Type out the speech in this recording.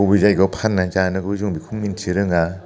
बबे जायगायाव फान्नानै जानोबो जों बेखौ मिनथिरोङा